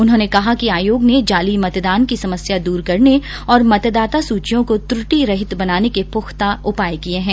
उन्होंने कहा कि आयोग ने जाली मतदान को समस्या दूर करने और मतदाता सूचियों को त्रुटि रहित बनाने के पुख्ता उपाय किए हैं